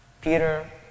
Peter